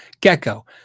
gecko